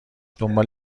دنبال